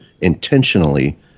intentionally